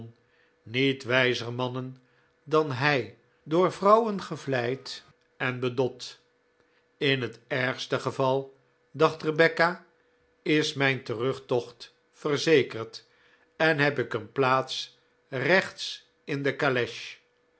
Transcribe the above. niet wijzer mannen dan hij door vrouwen gevleid en bedot in het ergste geval dacht rebecca is mijn terugtocht verzekerd en heb ik een plaats rechts in de